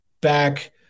back